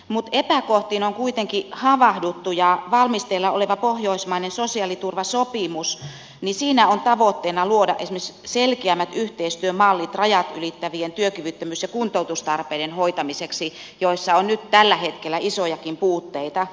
mutta epäkohtiin on kuitenkin havahduttu ja valmisteilla olevassa pohjoismaisessa sosiaaliturvasopimuksessa on tavoitteena luoda esimerkiksi selkeämmät yhteistyömallit rajat ylittävien työkyvyttömyys ja kuntoutustarpeiden hoitamiseksi joissa on nyt tällä hetkellä isojakin puutteita